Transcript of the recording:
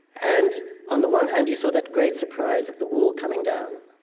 and on the one hand, you saw that great surprise of the wall coming down,